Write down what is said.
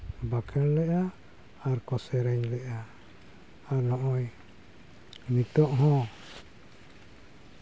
ᱵᱟᱠᱷᱮᱲ ᱞᱮᱫᱟ ᱟᱨᱠᱚ ᱥᱮᱨᱮᱧ ᱞᱮᱫᱟ ᱟᱨ ᱱᱚᱜᱼᱚᱭ ᱱᱤᱛᱚᱜ ᱦᱚᱸ